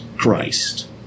Christ